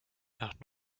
nach